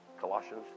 Colossians